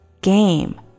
game